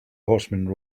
horseman